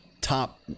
Top